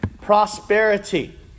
prosperity